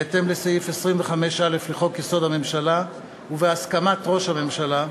בהתאם לסעיף 25(א) לחוק-יסוד: הממשלה ובהסכמת ראש הממשלה,